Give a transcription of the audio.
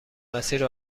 مسیر